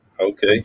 Okay